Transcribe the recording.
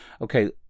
Okay